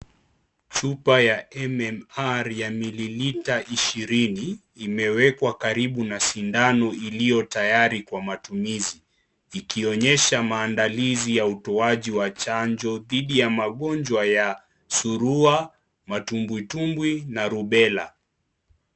Chupa ya MMR ya mililita ishirini imewekwa karibu na sindano iliyo tayari kwa matumizi ikionyesha maandalizi ya utoaji wa chanjo dhidi ya magonjwa ya zurua, matumbwitumbwi na Rubella.